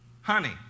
honey